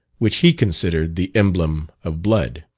which he considered the emblem of blood.